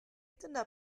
dyna